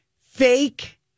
fake